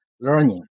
learning